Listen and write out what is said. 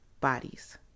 bodies